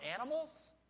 animals